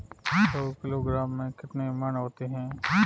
सौ किलोग्राम में कितने मण होते हैं?